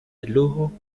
lujo